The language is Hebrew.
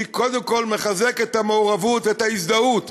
היא קודם כול מחזקת את המעורבות ואת ההזדהות,